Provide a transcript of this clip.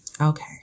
Okay